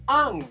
ang